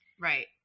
Right